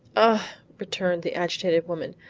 ah, returned the agitated woman,